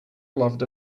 loved